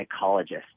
psychologist